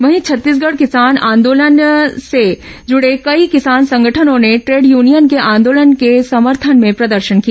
वहीं छत्तीसगढ़ किसान आंदोलन से जुड़े कई किसान संगठनों ने ट्रेड यूनियन के आंदोलन के समर्थन में प्रदर्शन किया